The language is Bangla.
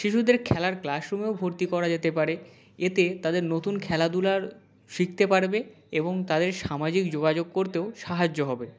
শিশুদের খেলার ক্লাস রুমেও ভর্তি করা যেতে পারে এতে তাদের নতুন খেলাধুলা শিখতে পারবে এবং তাদের সামাজিক যোগাযোগ করতেও সাহায্য হবে